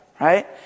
right